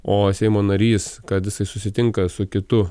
o seimo narys kad jisai susitinka su kitu